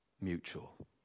mutual